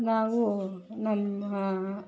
ನಾವು ನಮ್ಮ